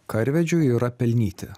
karvedžio yra pelnyti